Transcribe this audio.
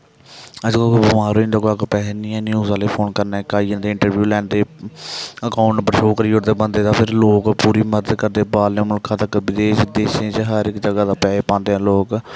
अस कुतै बमार होई जंदा कुसै कोल पैसे नेईं हैन न्यूज आह्ले गी फोन करने इक आई जंदे इटरब्यू लैंदे अकाउंट नम्बर शो करी ओड़दे बंदे दा फिर लोक पूरी मदद करदे बाह्रले मुल्खै तकर विदेश देशे च हर इक जगह दा पैहे पांदे लोक